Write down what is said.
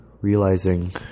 realizing